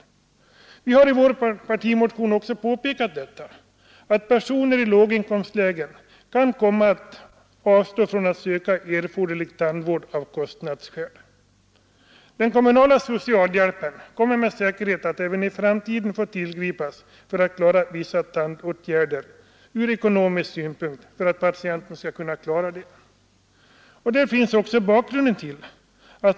Vi har i vår partimotion också påpekat att personer i låginkomstlägen av kostnadsskäl kan komma att avstå från att söka erforderlig tandvård. Den kommunala socialhjälpen kommer med säkerhet att även i framtiden få tillgripas för att patienterna skall kunna klara vissa tandvårdsåtgärder.